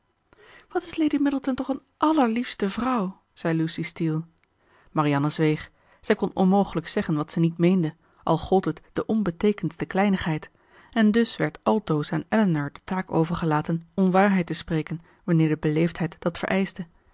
wat is lady middleton toch een allerliefste vrouw zei lucy steele marianne zweeg zij kon onmogelijk zeggen wat ze niet meende al gold het de onbeteekendste kleinigheid en dus werd altoos aan elinor de taak overgelaten onwaarheid te spreken wanneer de beleefdheid dat vereischte